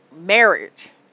marriage